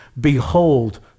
behold